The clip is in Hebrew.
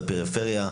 בפריפריה,